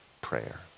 prayer